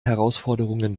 herausforderungen